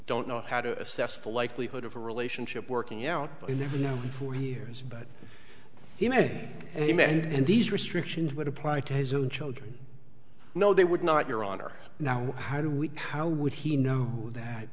don't know how to assess the likelihood of a relationship working out but you never know before he hears but he may a man and these restrictions would apply to his own children no they would not your honor now how do we coul would he know that